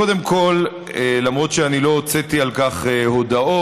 קודם כול, למרות שאני לא הוצאתי על כך הודעות,